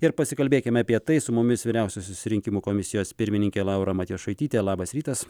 ir pasikalbėkime apie tai su mumis vyriausiosios rinkimų komisijos pirmininkė laura matijošaitytė labas rytas